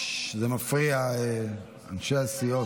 באותו יום נגלה גם לעיני העולם הרוע הטהור של חמאס-דאעש.